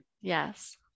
yes